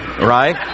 right